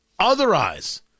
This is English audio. Otherwise